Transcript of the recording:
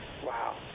Wow